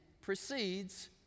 precedes